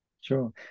Sure